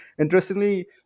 interestingly